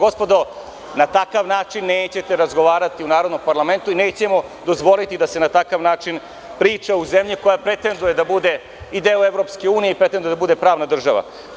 Gospodo, na takav način nećete razgovarati u narodnom parlamentu i nećemo dozvoliti da se na takav način priča u zemlji koja pretenduje da bude i deo EU i pretenduje da bude pravna država.